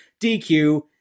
DQ